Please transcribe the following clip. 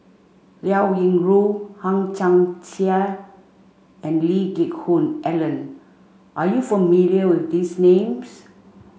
Liao Yingru Hang Chang Chieh and Lee Geck Hoon Ellen are you familiar with these names